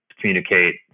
communicate